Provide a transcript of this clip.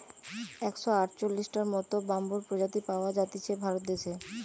একশ আটচল্লিশটার মত বাম্বুর প্রজাতি পাওয়া জাতিছে ভারত দেশে